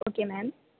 okay ma'am